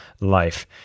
life